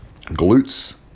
glutes